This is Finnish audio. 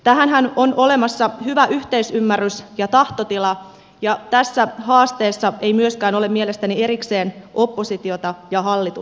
tähänhän on olemassa hyvä yhteisymmärrys ja tahtotila ja tässä haasteessa ei myöskään ole mielestäni erikseen oppositiota ja hallitusta